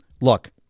Look